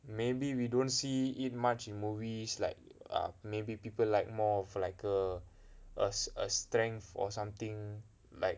maybe we don't see it much in movies like err maybe people like more of like a a strength or something like